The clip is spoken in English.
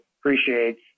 appreciates